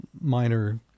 minor